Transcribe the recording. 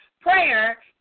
prayer